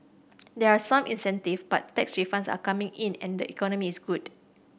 there are some incentives but tax refunds are coming in and the economy is good